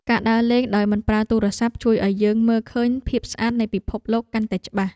ការដើរលេងដោយមិនប្រើទូរស័ព្ទ ជួយឱ្យយើងមើលឃើញភាពស្អាតនៃពិភពលោកកាន់តែច្បាស់។